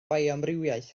fioamrywiaeth